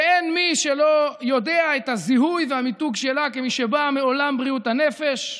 שאין מי שלא יודע את הזיהוי והמיתוג שלה כמי שבאה מעולם בריאות הנפש,